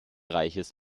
reiches